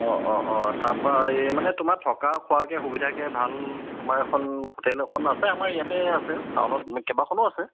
অঁ অঁ অঁ তাৰপৰা এই মানে তোমাৰ থকা খোৱাকৈ সুবিধাকৈ ভাল তোমাৰ এখন হোটেল এখন আছে আমাৰ ইয়াতে আছে টাউনত কেইবাখনো আছে